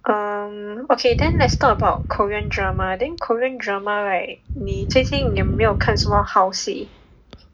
um okay then let's talk about Korean drama then Korean drama right 你最近有没有看什么好戏